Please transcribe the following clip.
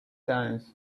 times